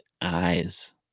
eyes